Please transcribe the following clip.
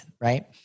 right